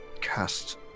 cast